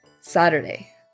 Saturday